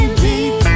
deep